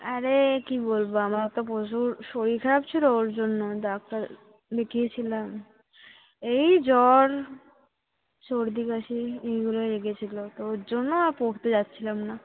আরে কী বলব আমার তো পরশু শরীর খারাপ ছিল ওর জন্য ডাক্তার দেখিয়েছিলাম এই জ্বর সর্দি কাশি এইগুলো লেগেছিল তো ওর জন্য পড়তে যাচ্ছিলাম না